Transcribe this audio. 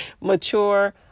Mature